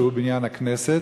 שהוא בניין הכנסת,